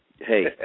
hey